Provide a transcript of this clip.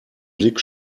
blick